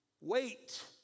wait